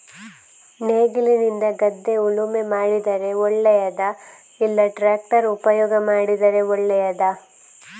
ನೇಗಿಲಿನಿಂದ ಗದ್ದೆ ಉಳುಮೆ ಮಾಡಿದರೆ ಒಳ್ಳೆಯದಾ ಇಲ್ಲ ಟ್ರ್ಯಾಕ್ಟರ್ ಉಪಯೋಗ ಮಾಡಿದರೆ ಒಳ್ಳೆಯದಾ?